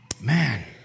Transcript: Man